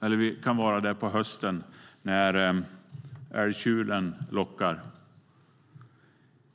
Vi kan också vara där på hösten när älgtjuren lockar.